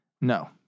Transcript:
No